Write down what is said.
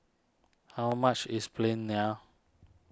how much is Plain Naan